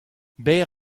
berr